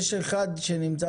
הגעתי